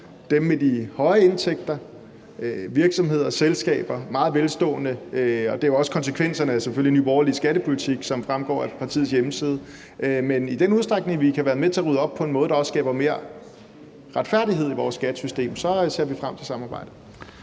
dem med de høje indtægter – virksomheder, selskaber og meget velstående borgere – og det er selvfølgelig også konsekvenserne af Nye Borgerliges skattepolitik, som fremgår af partiets hjemmeside. Men i den udstrækning, vi kan være med til at rydde op på en måde, der også skaber mere retfærdighed i vores skattesystem, så ser vi frem til samarbejdet.